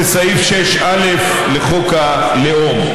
זה סעיף 6א לחוק הלאום.